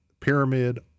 pyramid